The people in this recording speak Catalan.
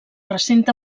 recinte